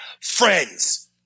friends